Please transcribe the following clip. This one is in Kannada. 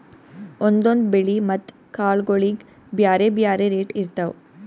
ಒಂದೊಂದ್ ಬೆಳಿ ಮತ್ತ್ ಕಾಳ್ಗೋಳಿಗ್ ಬ್ಯಾರೆ ಬ್ಯಾರೆ ರೇಟ್ ಇರ್ತವ್